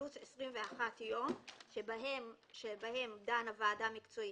פלוס 21 יום שבהם דנה ועדה מקצועית,